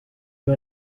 you